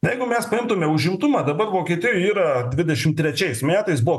jeigu mes paimtume užimtumą dabar vokietijoje yra dvidešimt trečiais metais buvo